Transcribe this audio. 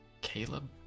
Caleb